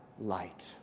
light